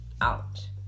out